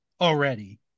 already